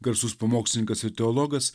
garsus pamokslininkas ir teologas